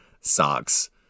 socks